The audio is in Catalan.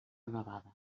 nevada